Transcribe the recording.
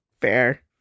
Fair